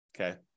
okay